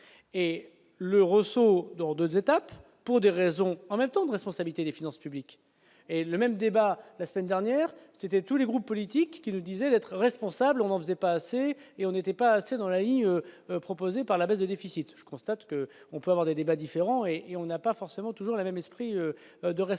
et le roseau dans 2 étapes pour des raisons en même temps de responsabilité des finances publiques et le même débat la semaine dernière c'était tous les groupes politiques qui nous disait d'être responsables, on en faisait pas assez et on n'était pas assez dans la ligne proposée par la baisse des déficits, je constate que, on peut avoir des débats différents et on n'a pas forcément toujours la même esprit de responsabilité